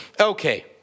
Okay